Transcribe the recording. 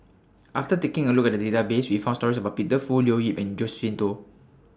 after taking A Look At The Database We found stories about Peter Fu Leo Yip and Josephine Teo